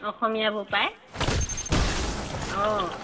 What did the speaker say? অসমীয়াবোৰ পায় অঁ